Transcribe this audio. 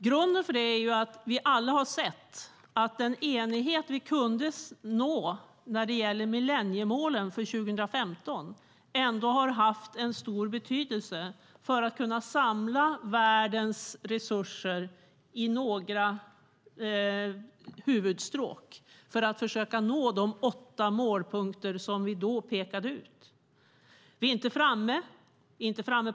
Grunden för detta är att vi alla har sett att den enighet vi kunde nå när det gäller millenniemålen för 2015 ändå har haft en stor betydelse för att man ska kunna samla världens resurser i några huvudstråk. Det handlar om att försöka nå de åtta målpunkter som vi då pekade ut. Vi är inte framme.